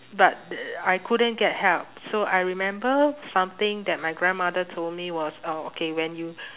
but th~ I couldn't get help so I remember something that my grandmother told me was oh okay when you